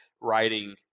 writing